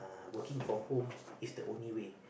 uh working from home is the only way